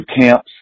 camps